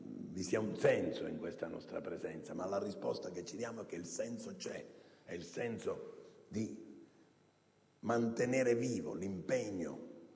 vi sia un senso in questa nostra presenza. La risposta che ci diamo è che il senso c'è, ed è quello di voler mantenere vivo l'impegno